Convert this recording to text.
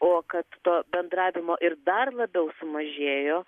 o kad to bendravimo ir dar labiau sumažėjo